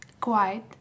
quiet